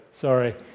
Sorry